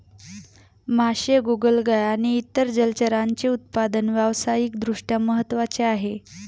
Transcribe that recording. मासे, गोगलगाय आणि इतर जलचरांचे उत्पादन व्यावसायिक दृष्ट्या महत्त्वाचे आहे